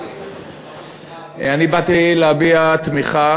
אני באתי להביע תמיכה